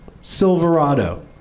Silverado